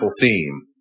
theme